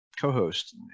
co-host